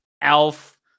Alf